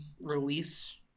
release